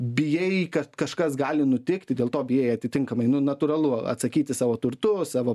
bijai kad kažkas gali nutikti dėl to bijai atitinkamai nu natūralu atsakyti savo turtu savo